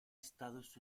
estados